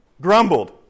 Grumbled